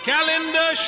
Calendar